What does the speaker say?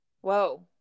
whoa